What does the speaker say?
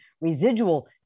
residual